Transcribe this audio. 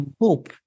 Hope